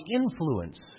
influence